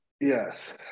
yes